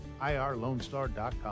irlonestar.com